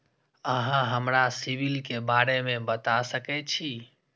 अहाँ हमरा सिबिल के बारे में बता सके छी?